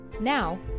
Now